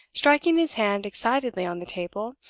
striking his hand excitedly on the table,